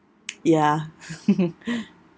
ya